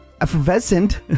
effervescent